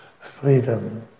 freedom